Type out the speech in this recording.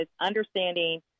understanding